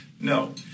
No